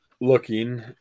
looking